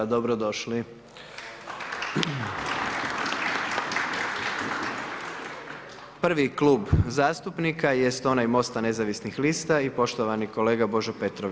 Dobro došli? Prvi klub zastupnika jest onaj MOST-a nezavisnih lista i poštovani kolega Božo Petrov.